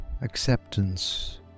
acceptance